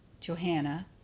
Johanna